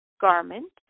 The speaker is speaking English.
garment